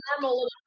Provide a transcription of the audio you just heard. normal